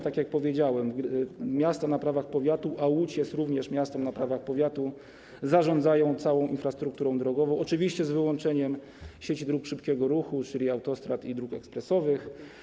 Tak jak powiedziałem, miasta na prawach powiatu, a Łódź jest również miastem na prawach powiatu, zarządzają całą infrastrukturą drogową, oczywiście z wyłączeniem sieci dróg szybkiego ruchu, czyli autostrad i dróg ekspresowych.